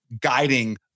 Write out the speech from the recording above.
guiding